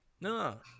No